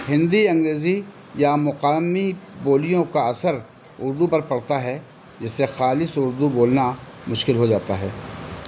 ہندی انگریزی یا مقامی بولیوں کا اثر اردو پر پڑتا ہے جس سے خالص اردو بولنا مشکل ہو جاتا ہے